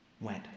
went